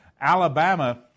Alabama